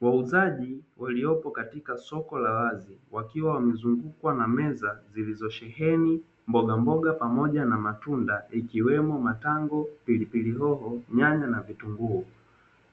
Wauzaji waliopo katika soko la wazi wakiwa wamezungukwa na meza zilizosheheni mboga mboga pamoja na matunda ikiwemo matango, pilipili hoho, nyanya na vitunguu,